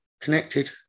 connected